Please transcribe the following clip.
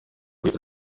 kuri